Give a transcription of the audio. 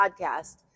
podcast